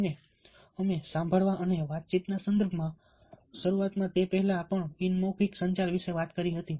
અને અમે સાંભળવા અને વાતચીતના સંદર્ભમાં શરૂઆત માં તે પહેલાં પણ બિન મૌખિક સંચાર વિશે વાત કરી હતી